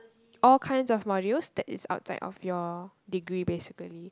all kinds of modules that is outside of your degree basically